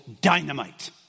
dynamite